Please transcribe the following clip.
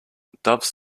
doves